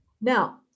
Now